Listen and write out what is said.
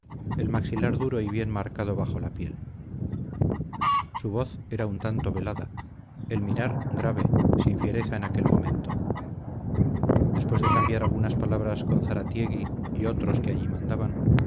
el maxilar duro y bien marcado bajo la piel su voz era un tanto velada el mirar grave sin fiereza en aquel momento después de cambiar algunas palabras con zaratiegui y otros que allí mandaban